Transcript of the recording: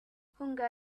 hunger